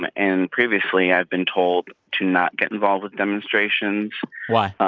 and and previously, i've been told to not get involved with demonstrations why?